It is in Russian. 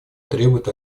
требует